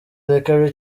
urebe